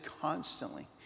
constantly